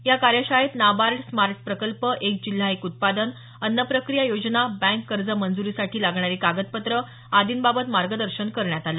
या कार्यशाळेत NABARD smart प्रकल्प एक जिल्हा एक उत्पादन अन्न प्रक्रिया योजना बँक कर्ज मंजूरीसाठी लागणारी कागदपत्रं आदींबाबत मार्गदर्शन करण्यात आलं